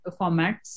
formats